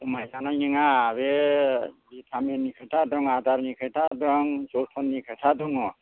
खमाय जानाय नङा बे भिटामिन नि खोथा दं आदारनि खोथा दं जोथोननि खोथा दङ